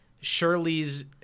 Shirley's